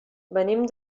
venim